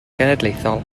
genedlaethol